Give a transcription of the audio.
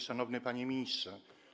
Szanowny Panie Ministrze!